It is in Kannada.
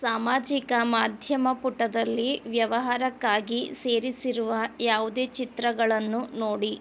ಸಾಮಾಜಿಕ ಮಾಧ್ಯಮ ಪುಟದಲ್ಲಿ ವ್ಯವಹಾರಕ್ಕಾಗಿ ಸೇರಿಸಿರುವ ಯಾವುದೇ ಚಿತ್ರಗಳನ್ನು ನೋಡಿ